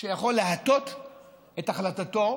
שיקול שיכול להטות את החלטתו,